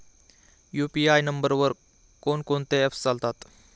UPI नंबरवर कोण कोणते ऍप्स चालतात?